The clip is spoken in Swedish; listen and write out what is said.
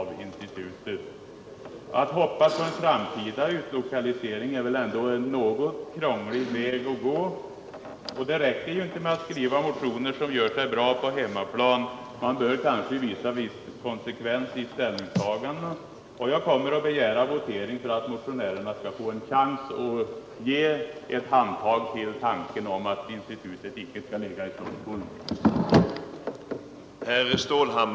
Visst kan man hoppas på en framtida utlokalisering, men det är väl ändå en något krånglig väg att gå. Det räcker ju inte att skriva motioner som gör sig bra på hemmaplan; man bör kanske också visa viss konsekvens i ställningstagandena. Jag kommer att begära votering för att motionärerna skall få en chans att ge ett handtag åt tanken att institutet icke skall ligga i Stockholm.